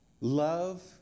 Love